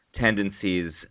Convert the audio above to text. tendencies